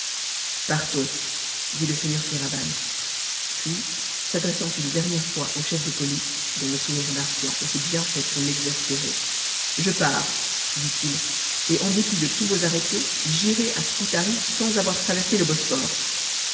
partons dit le seigneur kéraban puis s'adressant une dernière fois au chef de police dont le sourire narquois était bien fait pour l'exaspérer je pars dit-il et en dépit de tous vos arrêtés j'irai à scutari sans avoir traversé le bosphore